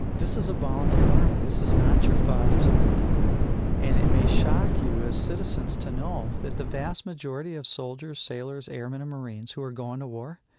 this is a volunteer army. this is not your father's army right and it may shock you, as citizens, to know that the vast majority of soldiers, sailors, airmen and marines, who are going to war,